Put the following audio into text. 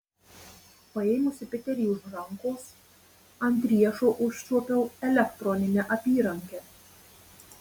paėmusi piterį už rankos ant riešo užčiuopiau elektroninę apyrankę